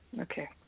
Okay